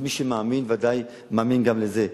אז מי שמאמין בוודאי מאמין גם בזה.